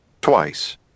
Twice